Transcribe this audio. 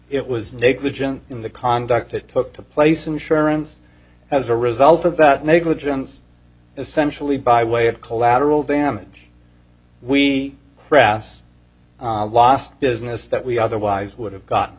it was negligent in the conduct that took place insurance as a result of that negligence essentially by way of collateral damage we press lost business that we otherwise would have got